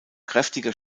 kräftiger